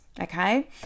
okay